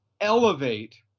elevate